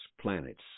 planets